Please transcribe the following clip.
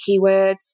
keywords